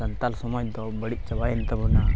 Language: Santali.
ᱥᱟᱱᱛᱟᱞ ᱥᱚᱢᱟᱡᱽ ᱫᱚ ᱵᱟᱹᱲᱤᱡ ᱪᱟᱵᱟᱭᱮᱱ ᱛᱟᱵᱚᱱᱟ